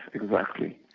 exactly.